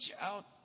out